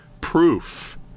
proof